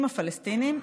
עם הפלסטינים,